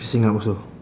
facing up also